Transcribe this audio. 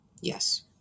Yes